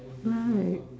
right